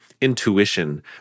intuition